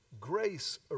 Grace